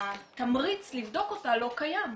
התמריץ לבדוק אותה לא קיים.